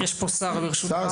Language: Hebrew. יש פה שר, ברשותך.